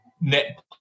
net